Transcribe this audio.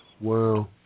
Wow